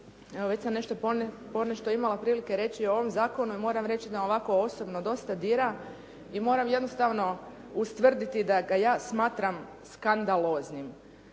Evo, već sam ponešto imala prilike reći o ovom zakonu i moram reći da ovako osobno dosta dira i moram jednostavno ustvrditi da ga ja smatram skandaloznim.